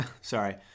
Sorry